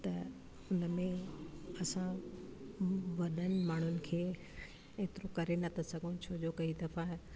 त उन में असां वॾनि माण्हुनि खे एतिरो करे न था सघूं छो जो कई दफ़ा